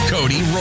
Cody